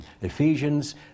Ephesians